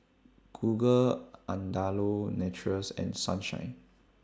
Google Andalou Naturals and Sunshine